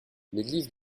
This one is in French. l’église